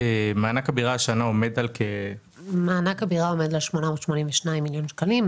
מענק הבירה עומד על 882 מיליון שקלים.